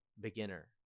beginner